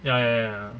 ya ya ya ya